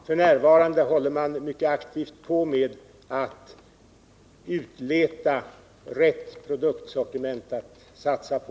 F. n. håller man mycket aktivt på och letar ut rätt produktsortiment att satsa på.